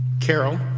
Carol